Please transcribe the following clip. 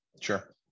Sure